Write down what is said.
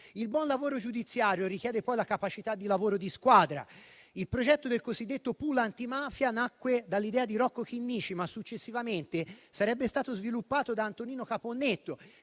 Il buon lavoro giudiziario richiede poi la capacità di lavoro di squadra. Il progetto del cosiddetto *pool* antimafia nacque dall'idea di Rocco Chinnici, ma successivamente sarebbe stato sviluppato da Antonino Caponnetto,